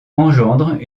engendre